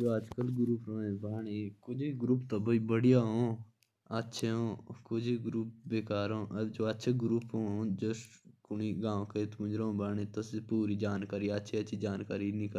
जैसे अभी जो बच्चों के ग्रुप होते हैं। तो कोई तो लड़के सरीफ होते हैं मतलब वो लोगों की मदद करेंगे और कोई नशेड़ी होते हैं वो